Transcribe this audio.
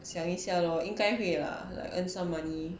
想一下 lor 应该会 lah like earn some money